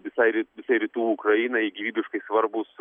visai visai rytų ukrainai gyvybiškai svarbūs